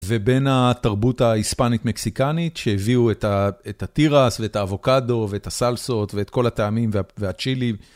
ובין התרבות ההיספנית-מקסיקנית שהביאו את ה.. את התירס ואת האבוקדו ואת הסלסות ואת כל הטעמים והצ'ילים.